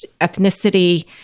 ethnicity